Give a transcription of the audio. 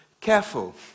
Careful